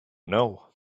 know